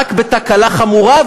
רק בתקלה חמורה,